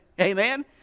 Amen